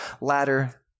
ladder